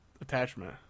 attachment